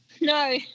No